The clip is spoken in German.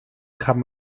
kann